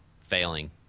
failing